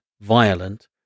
violent